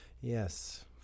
Yes